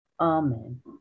amen